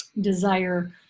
desire